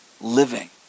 living